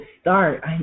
start